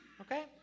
Okay